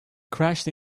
crashed